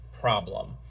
problem